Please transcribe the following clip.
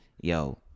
yo